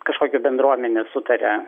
kažkokia bendruomenė sutaria